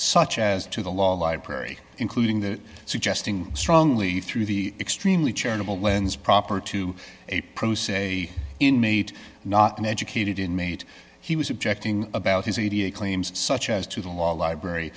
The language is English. such as to the law library including that suggesting strongly through the extremely charitable lens proper to a pro se inmate not an educated inmate he was objecting about his e t a claims such as to the law library